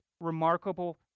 remarkable